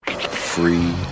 Free